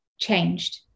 changed